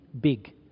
big